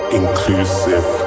inclusive